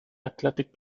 athletic